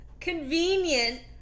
convenient